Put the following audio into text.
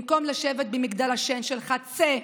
במקום לשבת במגדל השן שלך, צא,